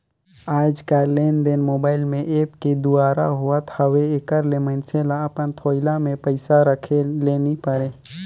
आएज काएललेनदेन मोबाईल में ऐप के दुवारा होत हवे एकर ले मइनसे ल अपन थोइला में पइसा राखे ले नी परे